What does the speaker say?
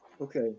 Okay